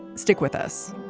stick with us